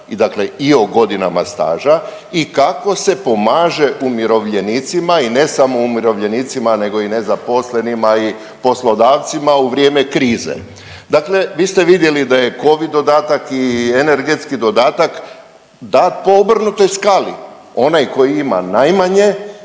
i o godinama staža i kako se pomaže umirovljenicima i ne samo umirovljenicima nego i nezaposlenima i poslodavcima u vrijeme krize. Dakle vi ste vidjeli da je covid dodatak i energetski dodatak da po obrnutoj skali onaj koji ima najmanje